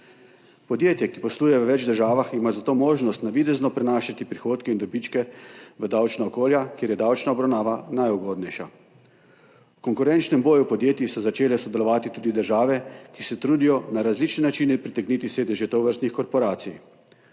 Podjetje, ki posluje v več državah, ima zato možnost navidezno prenašati prihodke in dobičke v davčna okolja, kjer je davčna obravnava najugodnejša. V konkurenčnem boju podjetij so začele sodelovati tudi države, ki se trudijo na različne načine pritegniti sedeže tovrstnih korporacij.